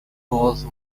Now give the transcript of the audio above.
both